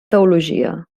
teologia